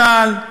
צה"ל,